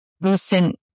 recent